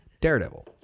Daredevil